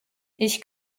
ich